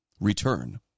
return